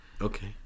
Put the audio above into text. okay